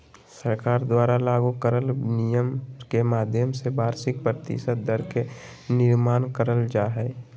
सरकार द्वारा लागू करल नियम के माध्यम से वार्षिक प्रतिशत दर के निर्माण करल जा हय